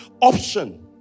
option